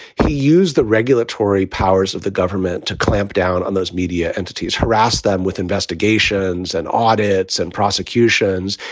he used the regulatory powers of the government to clamp down on those media entities, harass them with investigations and audits and prosecutions,